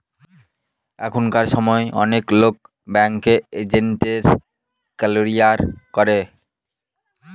এখনকার সময় অনেক লোক ব্যাঙ্কিং এজেন্টের ক্যারিয়ার করে